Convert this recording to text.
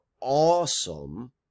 awesome